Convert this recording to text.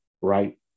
right